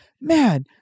man